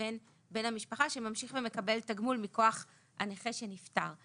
לבין בן המשפחה שממשיך ומקבל תגמול מכוח הנכה שנפטר.